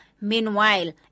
Meanwhile